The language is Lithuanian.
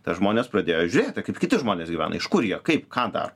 tai žmonės pradėjo žiūrėti kaip kiti žmonės gyvena iš kur jie kaip ką daro